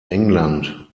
england